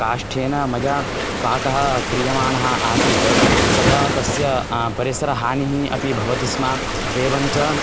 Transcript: काष्ठेन मया पाकः क्रियमाणः आसीत् तदा तस्य परिसरहानिः अपि भवति स्म एवं च